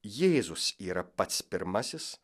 jėzus yra pats pirmasis